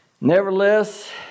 Nevertheless